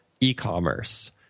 e-commerce